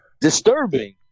Disturbing